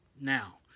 now